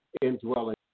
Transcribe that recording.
indwelling